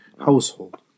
household